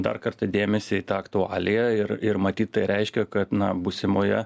dar kartą dėmesį į tą aktualiją ir ir matyt tai reiškia kad na būsimoje